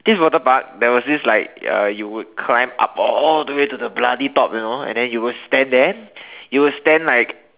this water park there was this like uh you would climb up all the way to the bloody top you know and then you will stand there you will stand like